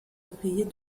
ouvriers